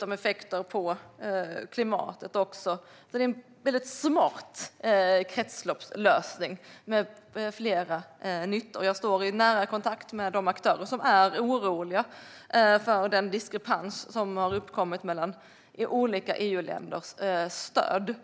ger effekter på klimatet är det en väldigt smart kretsloppslösning med flera nyttor. Jag står i nära kontakt med de aktörer som är oroliga för den diskrepans som har uppkommit mellan olika EU-länders stöd.